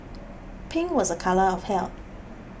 pink was a colour of health